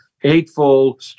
hateful